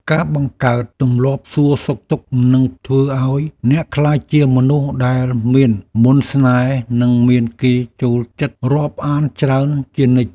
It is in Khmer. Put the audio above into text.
ការបង្កើតទម្លាប់សួរសុខទុក្ខនឹងធ្វើឱ្យអ្នកក្លាយជាមនុស្សដែលមានមន្តស្នេហ៍និងមានគេចូលចិត្តរាប់អានច្រើនជានិច្ច។